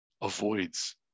avoids